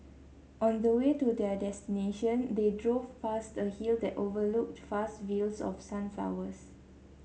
on the way to their destination they drove past a hill that overlooked vast fields of sunflowers